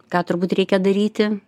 ką turbūt reikia daryti